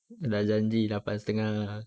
dah janji lapan setengah